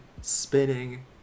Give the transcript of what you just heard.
spinning